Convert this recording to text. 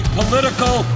political